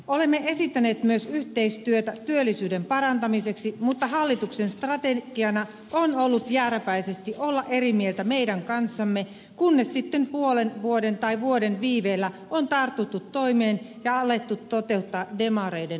olemme esittäneet myös yhteistyötä työllisyyden parantamiseksi mutta hallituksen strategiana on ollut jääräpäisesti olla eri mieltä meidän kanssamme kunnes sitten puolen vuoden tai vuoden viiveellä on tartuttu toimeen ja alettu toteuttaa demareiden vaatimuksia